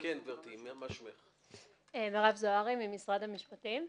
אני ממשרד המשפטים,